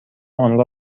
آنرا